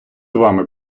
вами